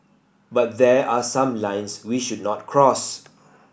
but there are some lines we should not cross